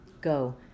Go